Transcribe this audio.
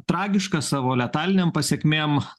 tragišką savo letalinėm pasekmėm